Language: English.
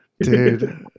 dude